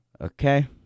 Okay